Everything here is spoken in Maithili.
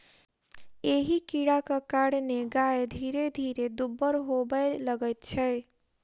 एहि कीड़ाक कारणेँ गाय धीरे धीरे दुब्बर होबय लगैत छै